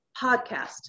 podcast